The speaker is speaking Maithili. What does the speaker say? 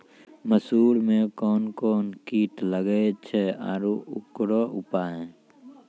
मसूर मे कोन कोन कीट लागेय छैय आरु उकरो उपाय?